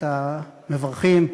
אלא בבנקים,